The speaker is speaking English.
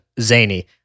Zany